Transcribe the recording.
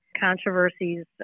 controversies